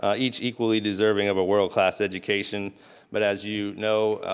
ah each equally deserving of a world class education but as you know,